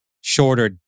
shorter